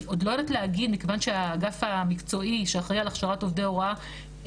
מכיוון שהאגף המקצועי שאחראי על הכשרת עובדי הוראה,